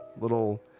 little